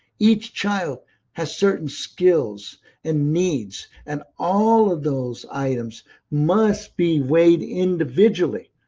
each child has certain skills and needs, and all of those items must be weighed individually.